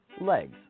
legs